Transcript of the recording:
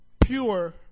Pure